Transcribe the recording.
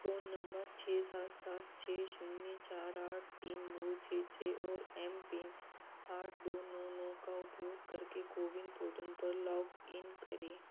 phone number छः सात सात छः शून्य चार आठ तीन दो छः छः और एम पिन आठ दो नौ नौ का उपयोग करके कोविन पोर्टल पर लॉगइन करें